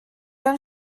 ond